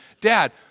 Dad